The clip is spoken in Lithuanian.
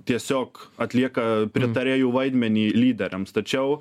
tiesiog atlieka pritarėjų vaidmenį lyderiams tačiau